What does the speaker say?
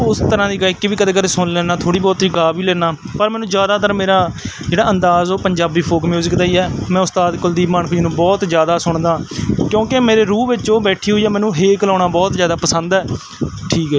ਉਸ ਤਰ੍ਹਾਂ ਦੀ ਗਾਇਕੀ ਵੀ ਕਦੇ ਕਦੇ ਸੁਣ ਲੈਂਦਾ ਥੋੜ੍ਹੀ ਬਹੁਤੀ ਗਾ ਵੀ ਲੈਂਦਾ ਪਰ ਮੈਨੂੰ ਜ਼ਿਆਦਾਤਰ ਮੇਰਾ ਜਿਹੜਾ ਅੰਦਾਜ਼ ਉਹ ਪੰਜਾਬੀ ਫੋਕ ਮਿਊਜਿਕ ਦਾ ਹੀ ਆ ਮੈਂ ਉਸਤਾਦ ਕੁਲਦੀਪ ਮਾਣਕ ਜੀ ਨੂੰ ਬਹੁਤ ਜ਼ਿਆਦਾ ਸੁਣਦਾ ਕਿਉਂਕਿ ਮੇਰੇ ਰੂਹ ਵਿੱਚ ਉਹ ਬੈਠੀ ਹੋਈ ਆ ਮੈਨੂੰ ਹੇਕ ਲਾਉਣਾ ਬਹੁਤ ਜ਼ਿਆਦਾ ਪਸੰਦ ਹੈ ਠੀਕ ਹੈ